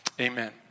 amen